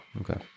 Okay